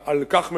על כך מדברים,